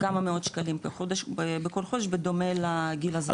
כמה מאות שקלים בכל חודש, בדומה לגיל הזהב.